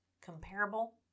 comparable